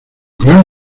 gran